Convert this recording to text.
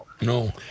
No